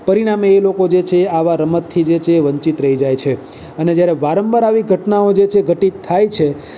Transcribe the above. પરિણામે એ લોકો જે છે આવા રમતથી જે છે વંચિત રહી જાય છે અને જ્યારે વારંવાર આવી ઘટનાઓ જે છે ઘટિત થાય છે